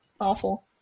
awful